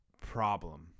problem